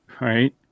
right